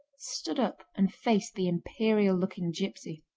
stood up and faced the imperial looking gipsy.